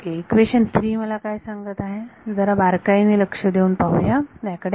तर इक्वेशन 3 मला काय सांगत आहे आपण याकडे जरा बारकाईने लक्ष देऊन पाहूया याकडे